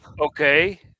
Okay